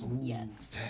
Yes